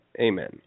amen